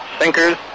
Sinkers